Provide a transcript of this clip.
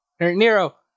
Nero